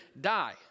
die